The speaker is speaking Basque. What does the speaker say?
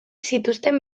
zituzten